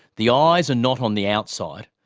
the eyes are not on the outside,